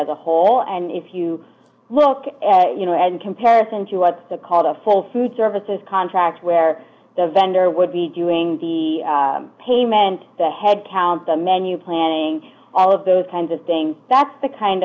as a whole and if you look at you know as a comparison to what the called a full food services contract where the vendor would be doing the payment the headcount the menu planning all of those kinds of thing that's the kind